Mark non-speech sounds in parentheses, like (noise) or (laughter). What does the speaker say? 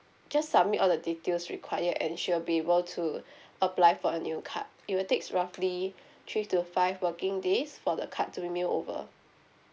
just submit all the details required and she'll be able to (breath) apply for a new card it will takes roughly three to five working days for the card to be mail over